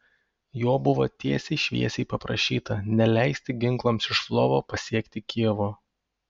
jo buvo tiesiai šviesiai paprašyta neleisti ginklams iš lvovo pasiekti kijevo